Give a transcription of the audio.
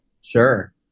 Sure